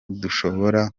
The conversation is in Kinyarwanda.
dushobora